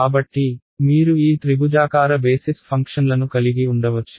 కాబట్టి మీరు ఈ త్రిభుజాకార బేసిస్ ఫంక్షన్లను కలిగి ఉండవచ్చు